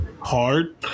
hard